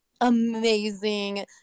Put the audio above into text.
amazing